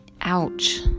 Ouch